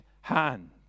hand